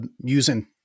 using